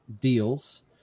deals